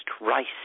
rice